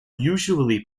usually